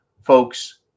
folks